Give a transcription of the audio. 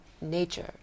nature